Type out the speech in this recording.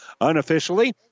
Unofficially